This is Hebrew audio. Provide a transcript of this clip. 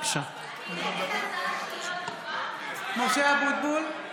(קוראת בשמות חברי הכנסת) משה אבוטבול,